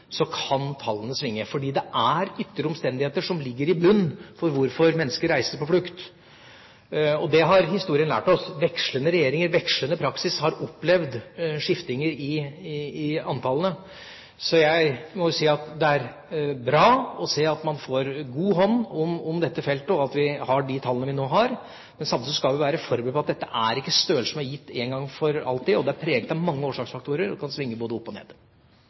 er ytre omstendigheter som ligger i bunnen for hvorfor mennesker reiser på flukt, og det har historien lært oss. Vekslende regjeringer med vekslende praksis har opplevd skiftinger i antallene. Så jeg må si at det er bra å se at man får en god hånd om dette feltet, og at vi har de tallene vi nå har. Samtidig skal vi være forberedt på at dette ikke er størrelser som er gitt en gang for alle. Det er preget av mange årsaksfaktorer, og det kan svinge både opp og ned.